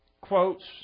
quotes